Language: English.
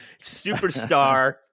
Superstar